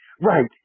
Right